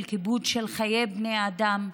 של כיבוד חיי בני אדם,